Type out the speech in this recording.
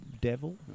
devil